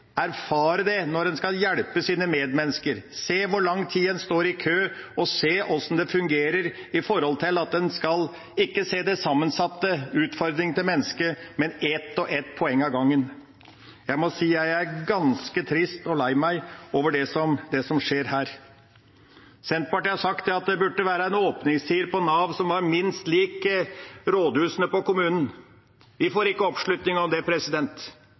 erfare det når en skal hjelpe sine medmennesker, se hvor lang tid en står i kø og se hvordan det fungerer, med tanke på at en ikke skal se de sammensatte utfordringene til mennesket, men ett og ett poeng av gangen. Jeg må si jeg er ganske trist og lei meg over det som skjer her. Senterpartiet har sagt at det burde være åpningstider på Nav som minst er lik de på rådhuset i kommunen. Vi får ikke oppslutning om det.